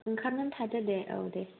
ओंखारनानै थादो दे औ दे